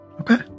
Okay